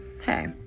hey